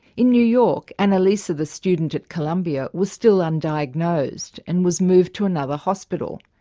in new york annalisa, the student at columbia, was still undiagnosed and was moved to another hospital,